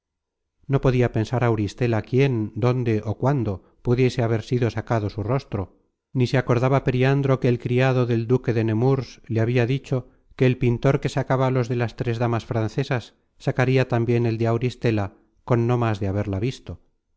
no podia pensar auristela quién dónde ó cuándo pudiese haber sido sacado su rostro ni se acordaba periandro que el criado del duque de nemurs le habia dicho que el pintor que sacaba los de las tres damas francesas sacaria tambien el de auristela con no más de haberla visto